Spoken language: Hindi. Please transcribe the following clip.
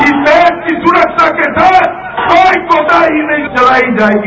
इस देश की सुरक्षा के साथ कोई कोताही नहीं चलाई जाएगी